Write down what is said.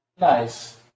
Nice